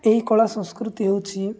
ଏହି କଳା ସଂସ୍କୃତି ହେଉଛି